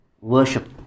worship